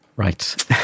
Right